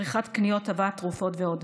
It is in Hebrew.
עריכת קניות, הבאת תרופות ועוד.